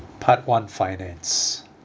part one finance